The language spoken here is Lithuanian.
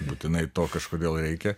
būtinai to kažkodėl reikia